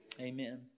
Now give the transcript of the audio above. Amen